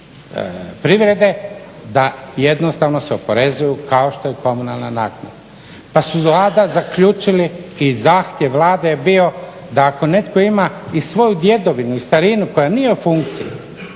da jednostavno se oporezuju kao što je komunalna naknada. Pa smo zaključili i zahtjev Vlade je bio da ako netko ima i svoju djedovinu i starinu koja nije u funkciji